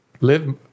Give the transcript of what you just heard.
live